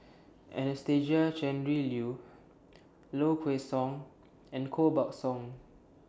Anastasia Tjendri Liew Low Kway Song and Koh Buck Song